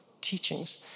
teachings